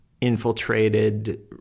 infiltrated